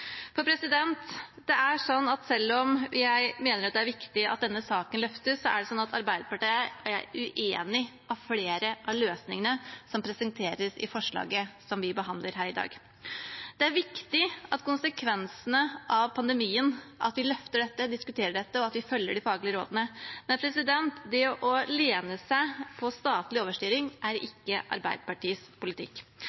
flere av løsningene som presenteres i forslaget som vi behandler her i dag. Det er viktig at konsekvensene av pandemien løftes fram, at vi diskuterer dette, og at vi følger de faglige rådene. Men det å lene seg på statlig overstyring, er